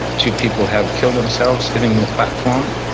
and two people have killed themselves hitting the platform.